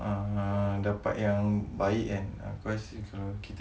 ah dapat yang baik